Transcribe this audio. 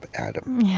but adam,